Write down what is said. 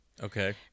Okay